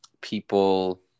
people